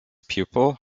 pupil